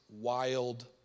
wild